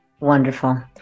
Wonderful